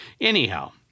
Anyhow